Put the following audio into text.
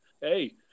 hey